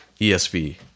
ESV